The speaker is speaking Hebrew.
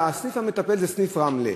והסניף המטפל הוא סניף רמלה.